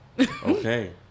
Okay